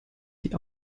die